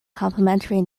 complementary